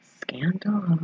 scandal